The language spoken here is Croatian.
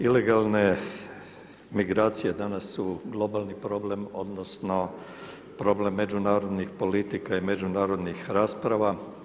Ilegalne migracije danas su globalni problem, odnosno problem međunarodnih politika i međunarodnih rasprava.